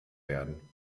werden